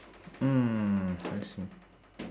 mm I see